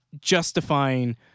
justifying